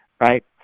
right